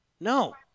No